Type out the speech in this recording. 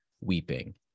weeping